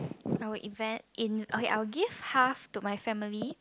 I will invest in okay I will give half to my family